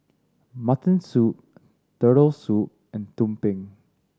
mutton soup Turtle Soup and tumpeng